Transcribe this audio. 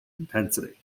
intensity